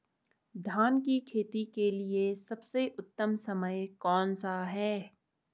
धान की खेती के लिए सबसे उत्तम समय कौनसा है?